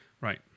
right